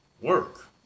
work